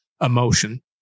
emotion